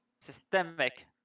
systemic